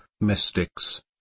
mystics